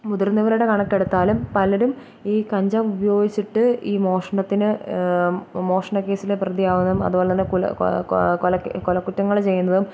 മുതിർന്നവരുടെ കണക്കെടുത്താലും പലരും ഈ കഞ്ചാവ് ഉപയോഗിച്ചിട്ട് ഈ മോഷണത്തിന് മോഷണ കേസിലെ പ്രതിയാകുന്നതും അതുപോലെതന്നെ കുല കൊ കൊ കൊലകുറ്റങ്ങൾ ചെയ്യുന്നതും